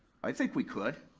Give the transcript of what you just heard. i think we could.